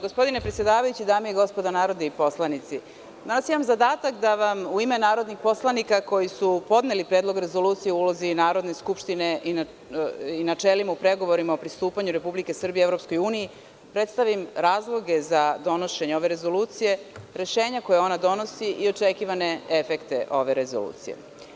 Gospodine predsedavajući, dame i gospodo narodni poslanici, danas imam zadatak da vam u ime narodnih poslanika koji su podneli Predlog rezolucije o ulozi Narodne skupštine i načelima u pregovorima o pristupanju Republike Srbije Evropskoj uniji predstavim razloge za donošenje ove rezolucije, rešenja koja ona donosi i očekivane efekte ove rezolucije.